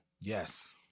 Yes